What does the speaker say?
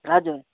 हजुर